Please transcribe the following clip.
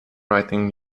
writing